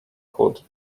could